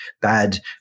bad